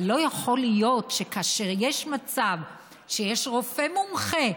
אבל לא יכול להיות שכאשר יש מצב שיש רופא מומחה,